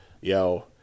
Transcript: yo